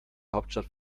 hauptstadt